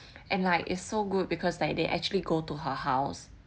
and like is so good because like they actually go to her house